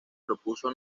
propuso